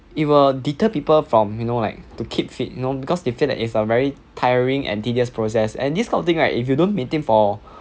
it will deter people from you know like to keep fit you know because they feel that it's a very tiring and tedious process and this kind of thing right if you don't maintain for